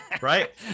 right